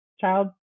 child